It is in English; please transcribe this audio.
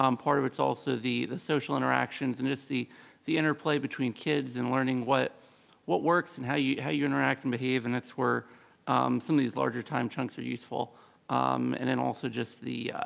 um part of it's also the the social interactions and it's the the interplay between kids and learning what what works and how you how you interact and behave and that's where some of these larger time chunks are useful um and then also just the,